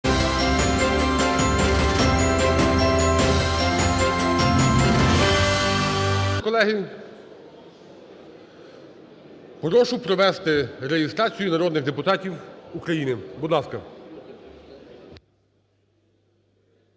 Отже, колеги, прошу провести реєстрацію народних депутатів України, будь ласка.